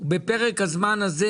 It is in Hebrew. בפרק הזמן הזה,